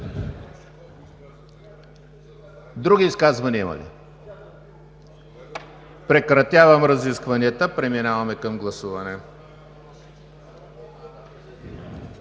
Други изказвания има ли? Прекратявам разискванията и преминаваме към гласуване.